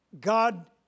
God